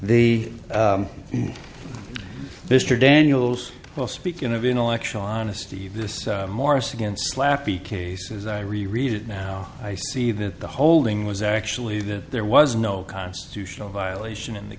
the mr daniels well speaking of intellectual honesty this morris against laffey cases i reread it now i see that the holding was actually that there was no constitutional violation in th